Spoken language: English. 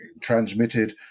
transmitted